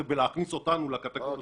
זה בלהכניס אותנו לקטגוריה שלהם.